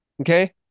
okay